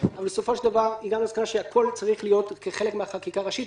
אבל בסופו של דבר הגענו למסקנה שהכול צריך להיות כחלק מחקיקה ראשית.